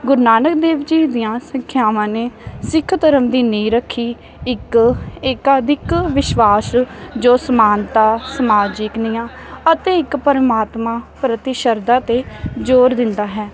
ਗੁਰੂ ਨਾਨਕ ਦੇਵ ਜੀ ਦੀਆਂ ਸਿੱਖਿਆਵਾਂ ਨੇ ਸਿੱਖ ਧਰਮ ਦੀ ਨੀਂਹ ਰੱਖੀ ਇੱਕ ਏਕਾਅਦਿਕ ਵਿਸ਼ਵਾਸ ਜੋ ਸਮਾਨਤਾ ਸਮਾਜਿਕ ਨਿਆਂ ਅਤੇ ਇੱਕ ਪਰਮਾਤਮਾ ਪ੍ਰਤੀ ਸ਼ਰਧਾ 'ਤੇ ਜ਼ੋਰ ਦਿੰਦਾ ਹੈ